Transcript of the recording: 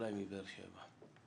אזולאי מבאר שבע.